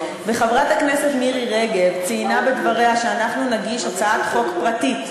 וחברת הכנסת מירי רגב ציינה בדבריה שאנחנו נגיש הצעת חוק פרטית,